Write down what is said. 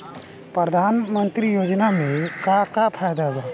प्रधानमंत्री योजना मे का का फायदा बा?